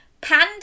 Panda